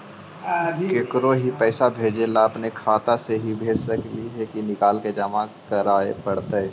केकरो ही पैसा भेजे ल अपने खाता से ही भेज सकली हे की निकाल के जमा कराए पड़तइ?